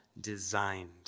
designed